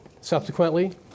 Subsequently